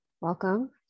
Welcome